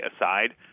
aside